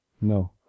No